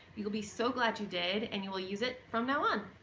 you'll be so glad you did and you will use it from now on.